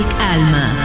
Alma